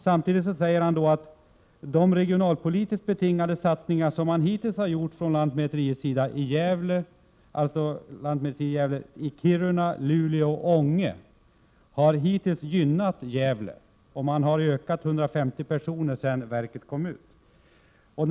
Samtidigt säger han: ”Regionalpolitiskt betingade satsningar på Lantmäteriet utanför Gävle har hittills gynnat Gävle.” Han säger också att verket har ökat med 150 personer sedan omlokaliseringen till Gävle.